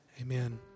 Amen